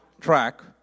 track